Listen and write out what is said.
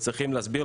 וצריכים להסביר